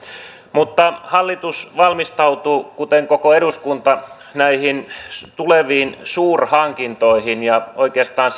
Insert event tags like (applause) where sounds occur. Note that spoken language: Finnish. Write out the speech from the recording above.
mutta hallitus valmistautuu kuten koko eduskunta näihin tuleviin suurhankintoihin ja oikeastaan (unintelligible)